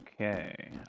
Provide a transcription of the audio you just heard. Okay